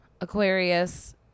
Aquarius